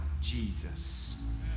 Jesus